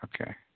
Okay